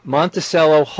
Monticello